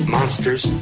Monsters